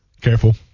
Careful